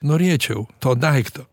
norėčiau to daikto